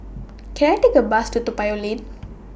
Can I Take A Bus to Toa Payoh Lane